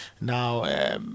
Now